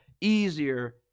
easier